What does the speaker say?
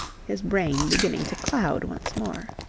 his brain beginning to cloud once more.